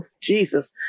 Jesus